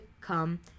come